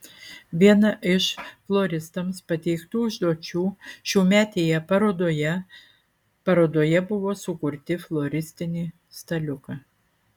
viena iš floristams pateiktų užduočių šiųmetėje parodoje parodoje buvo sukurti floristinį staliuką